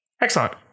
Excellent